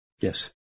Yes